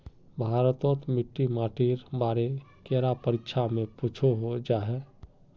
भारत तोत मिट्टी माटिर बारे कैडा परीक्षा में पुछोहो जाहा जाहा?